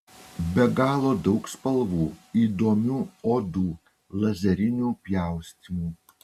be galo daug spalvų įdomių odų lazerinių pjaustymų